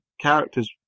characters